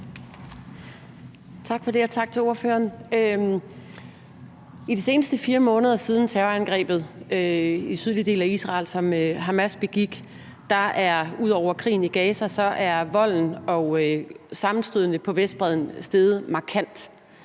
Tak for det, og tak til ordføreren. I de seneste 4 måneder siden terrorangrebet i den sydlige del af Israel, som Hamas begik, er der udover krigen i Gaza sket det, at volden og sammenstødene på Vestbredden er steget markant.